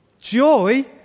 joy